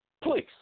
Please